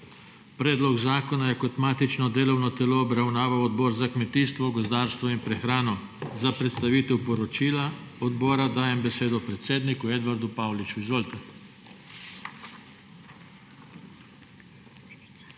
Predlog zakona je kot matično delovno telo obravnaval Odbor za kmetijstvo, gozdarstvo in prehrano. Za predstavitev poročila odbora dajem besedo predsedniku Edvardu Pauliču. Izvolite.